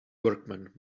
workman